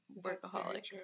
workaholic